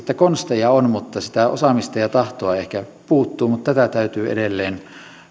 että konsteja on mutta sitä osaamista ja tahtoa ehkä puuttuu tätä täytyy edelleen